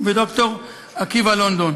וד"ר עקיבא לונדון.